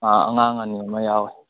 ꯑꯥ ꯑꯉꯥꯡ ꯑꯅꯤ ꯑꯃ ꯌꯥꯎꯑꯦ